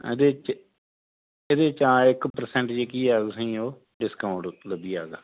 एह्दे च एह्दे च हां इक परसैंट जेह्की है तुसें ओ डिस्काउंट लब्भी जाह्ग